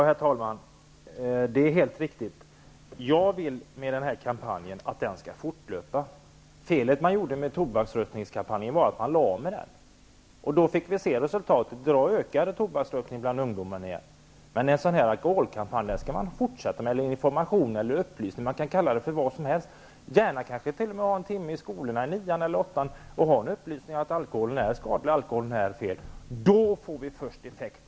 Herr talman! Jag vill att kampanjen skall pågå fortlöpande. Felet med kampanjen mot tobaksrökningen var att den lades ned. Då gick det att se resultatet, nämligen att tobaksrökningen nu ökar bland ungdomar igen. En kampanj mot alkohol, information, upplysning, eller vad man nu kallar det för, skall fortsätta -- gärna med en timmes information i skolorna i årskurs åtta eller nio om alkoholens skadeverkningar. Då först blir det en effekt.